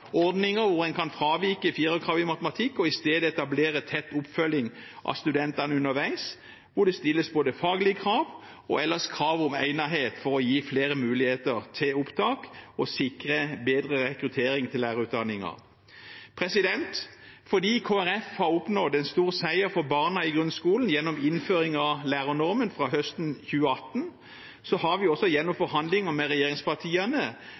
ordninger hvor en kan fravike 4-kravet i matematikk og i stedet etablere tett oppfølging av studentene underveis, hvor det stilles både faglige krav og ellers krav om egnethet, for å gi flere muligheter til opptak og sikre bedre rekruttering til lærerutdanningen. Fordi Kristelig Folkeparti har oppnådd en stor seier for barna i grunnskolen gjennom innføring av lærernormen fra høsten 2018, har vi også gjennom forhandlinger med regjeringspartiene